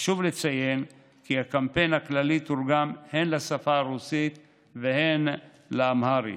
חשוב לציין כי הקמפיין הכללי תורגם הן לשפה הרוסית והן לאמהרית.